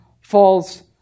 falls